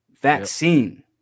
vaccine